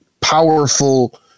powerful